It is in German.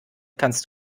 kannst